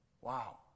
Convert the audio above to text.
Wow